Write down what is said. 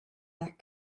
that